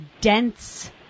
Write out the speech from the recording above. dense